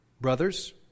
Brothers